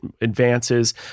advances